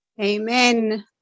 Amen